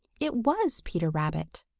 it was peter rabbit.